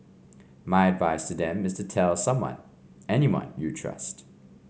my advice to them is to tell someone anyone you trust